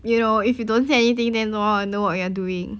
you know if you don't say anything then no one will know what you are doing